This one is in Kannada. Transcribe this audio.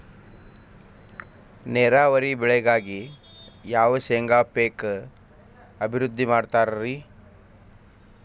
ನೇರಾವರಿ ಬೆಳೆಗಾಗಿ ಯಾವ ಶೇಂಗಾ ಪೇಕ್ ಅಭಿವೃದ್ಧಿ ಮಾಡತಾರ ರಿ?